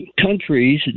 countries